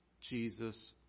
Jesus